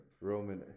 Roman